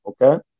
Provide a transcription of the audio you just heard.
okay